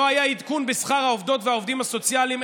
לא היה עדכון בשכר העובדות והעובדים הסוציאליים.